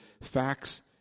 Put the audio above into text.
facts